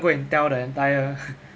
go and tell the entire